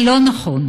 זה לא נכון.